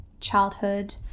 childhood